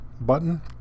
button